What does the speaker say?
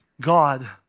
God